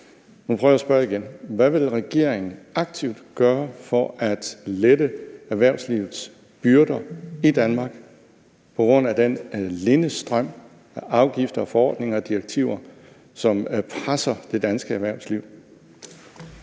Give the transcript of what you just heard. Hvad vil regeringen aktivt gøre for at lette erhvervslivets byrder i Danmark på grund af den linde strøm af afgifter og forordninger og direktiver, som presser det danske erhvervsliv?